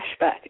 flashback